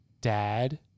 dad